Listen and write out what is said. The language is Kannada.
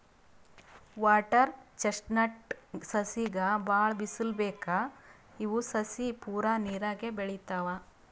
ವಾಟರ್ ಚೆಸ್ಟ್ನಟ್ ಸಸಿಗ್ ಭಾಳ್ ಬಿಸಲ್ ಬೇಕ್ ಇವ್ ಸಸಿ ಪೂರಾ ನೀರಾಗೆ ಬೆಳಿತಾವ್